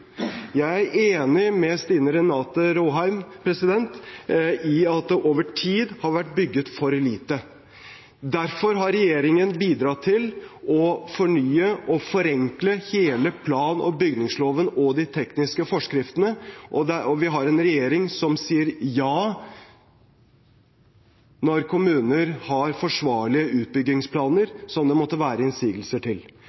Jeg er enig med Stine Renate Råheim i at det over tid har vært bygget for lite. Derfor har regjeringen bidratt til å fornye og forenkle hele plan- og bygningsloven og de tekniske forskriftene, og vi har en regjering som sier ja når kommuner har forsvarlige utbyggingsplaner som det måtte være innsigelser til